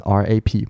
rap